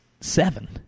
seven